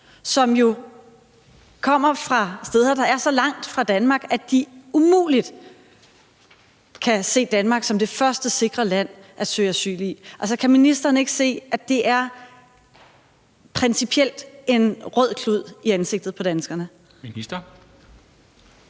som jo kommer fra steder, der er så langt fra Danmark, at de umuligt kan se Danmark som det første sikre land at søge asyl i. Altså, kan ministeren ikke se, at det principielt er en rød klud i ansigtet på danskerne? Kl.